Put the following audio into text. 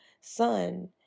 son